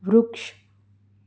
વૃક્ષ